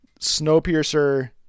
Snowpiercer